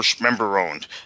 member-owned